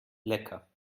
lecker